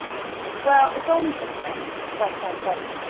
well, it's only pretend, went on bunny.